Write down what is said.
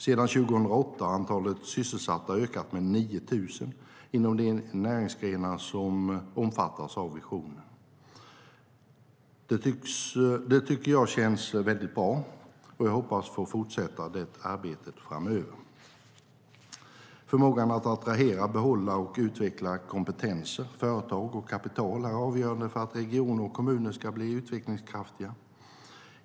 Sedan 2008 har antalet sysselsatta ökat med 9 000 inom de näringsgrenar som omfattas av visionen. Det tycker jag känns väldigt bra, och jag hoppas att få fortsätta det arbetet framöver. Förmågan att attrahera, behålla och utveckla kompetenser, företag och kapital är avgörande för att regioner och kommuner ska bli utvecklingskraftiga.